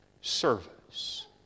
service